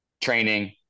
training